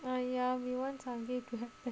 uh ya we want some game to have